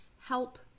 help